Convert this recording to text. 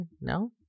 No